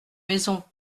maison